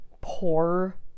poor